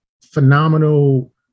phenomenal